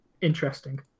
interesting